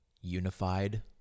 Unified